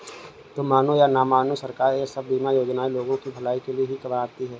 तुम मानो या न मानो, सरकार ये सब बीमा योजनाएं लोगों की भलाई के लिए ही बनाती है